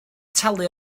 talu